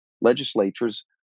legislatures